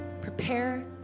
Prepare